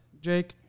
Jake